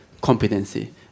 competency